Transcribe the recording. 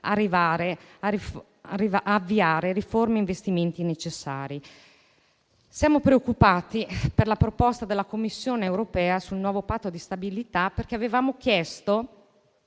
riescano ad avviare le riforme e gli investimenti necessari. Siamo preoccupati per la proposta della Commissione europea sul nuovo Patto di stabilità, perché avevamo chiesto